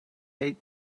hate